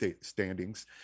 standings